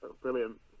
brilliant